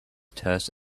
terse